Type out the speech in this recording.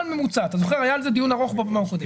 היה על זה דיון ארוך בפעם הקודמת.